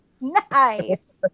nice